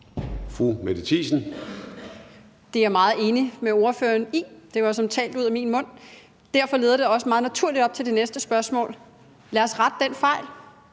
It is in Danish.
Det er jeg meget enig med ordføreren i. Det var som talt ud af min mund, og det leder også meget naturligt til det næste spørgsmål. Lad os rette den fejl.